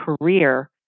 career